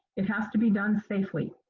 it has to be done safely.